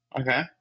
Okay